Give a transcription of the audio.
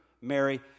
Mary